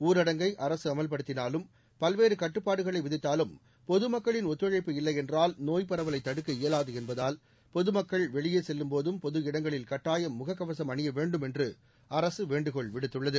ஊரடங்கை அரசு அமல்படுத்தினாலும் பல்வேறு கட்டுப்பாடுகளை விதித்தாலும் பொதுமக்களின் ஒத்துழைப்பு இல்லையென்றால் நோய்ப் பரவலை தடுக்க இயவாது என்பதால் பொதுமக்கள் வெளியே செல்லும்போதும் பொது இடங்களிலும் கட்டாயம் முகக்கவசும் அணிய வேண்டும் என்று அரசு வேண்டுகோள் விடுத்துள்ளது